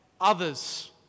others